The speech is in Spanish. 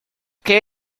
que